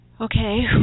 Okay